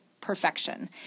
perfection